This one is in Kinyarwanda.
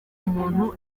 umuntu